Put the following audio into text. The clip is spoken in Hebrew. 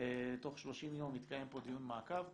תוך 30 יום יתקיים פה דיון מעקב,